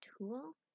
tool